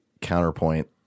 counterpoint